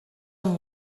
amb